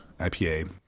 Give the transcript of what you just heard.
IPA